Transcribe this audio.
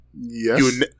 Yes